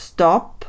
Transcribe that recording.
Stop